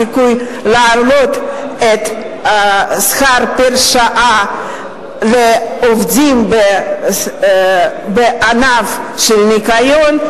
סיכוי להעלות את השכר פר-שעה לעובדים בענף הניקיון.